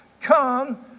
Come